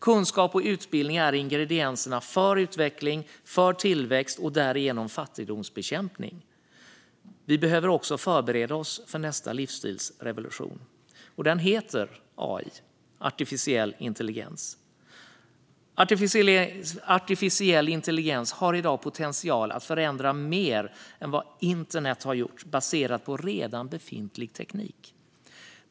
Kunskap och utbildning är ingredienserna för utveck-ling, för tillväxt och därigenom för fattigdomsbekämpning. Vi behöver också förbereda oss på nästa livsstilsrevolution, och den heter AI, artificiell intelligens. Artificiell intelligens har i dag potential att förändra mer än internet har gjort, baserat på redan befintlig teknik.